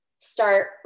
start